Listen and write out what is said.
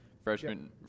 Freshman